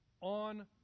on